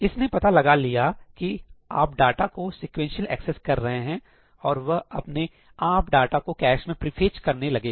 इसने पता लगा लिया कि कि आप डाटा को सीक्वेंशियल एक्सेस कर रहे हैं और वह अपने आप डाटा को कैश में प्रीफेच करने लगेगा